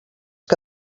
que